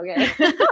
okay